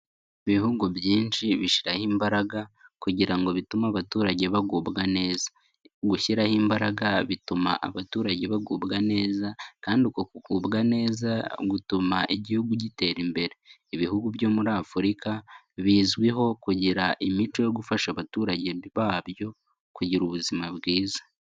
Ibihugu byinshi bishiraho imbaraga kugira ngo bitume abaturage bagubwa neza, gushyiraho imbaraga bituma abaturage bagubwa neza kandi uko kugubwa neza gutuma igihugu gitera imbere, ibihugu byo muri Afurika bizwiho kugira imico yo gufasha abaturage babyo kugira ubuzima bwiza.